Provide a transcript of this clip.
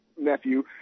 nephew